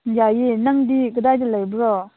ꯌꯥꯏꯌꯦ ꯅꯪꯗꯤ ꯀꯗꯥꯏꯗ ꯂꯩꯕ꯭ꯔꯣ